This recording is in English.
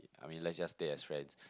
I mean let's just stay as friends